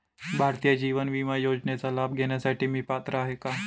भारतीय जीवन विमा योजनेचा लाभ घेण्यासाठी मी पात्र आहे का?